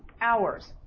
hours